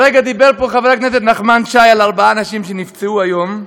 הרגע דיבר פה חבר הכנסת נחמן שי על ארבעה אנשים שנפצעו היום.